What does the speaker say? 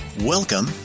Welcome